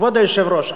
כבוד היושב-ראש,